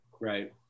Right